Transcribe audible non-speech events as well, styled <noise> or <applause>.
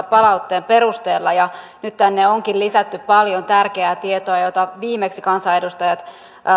<unintelligible> palautteen perusteella ja nyt tänne onkin lisätty paljon tärkeää tietoa jota viimeksi kansanedustajat